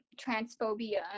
transphobia